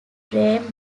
dame